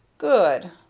good.